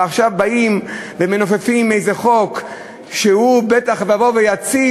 ועכשיו באים ומנופפים באיזה חוק שהוא בטח יבוא ויציל,